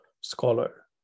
scholar